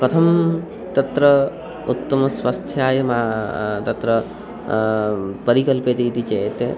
कथं तत्र उत्तमस्वस्थ्याय मा तत्र परिकल्प्यते इति चेत्